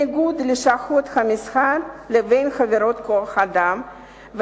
איגוד לשכות המסחר לבין חברות כוח-אדם,